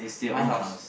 my house